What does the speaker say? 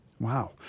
Wow